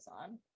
on